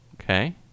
Okay